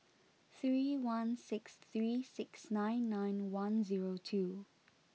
three one six three six nine nine one zero two